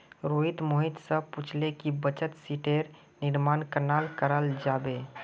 रोहित मोहित स पूछले कि बचत शीटेर निर्माण कन्ना कराल जाबे